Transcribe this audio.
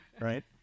right